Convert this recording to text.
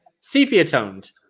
sepia-toned